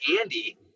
Andy